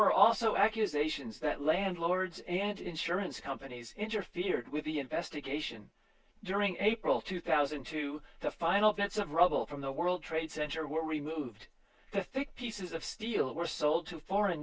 were also accusations that landlords and insurance companies interfered with the investigation during april two thousand to the final bits of rubble from the world trade center were removed i think pieces of steel were sold to foreign